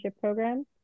programs